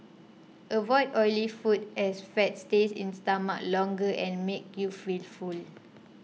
avoid oily foods as fat stays in stomach longer and makes you feel full